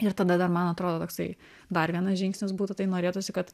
ir tada dar man atrodo toksai dar vienas žingsnis būtų tai norėtųsi kad